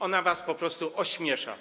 Ona was po prostu ośmiesza.